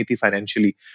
financially